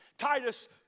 Titus